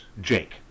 Jake